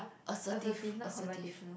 assertive assertive